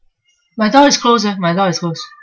my door is closed leh my door is closed